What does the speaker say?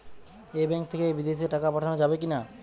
এই ব্যাঙ্ক থেকে বিদেশে টাকা পাঠানো যাবে কিনা?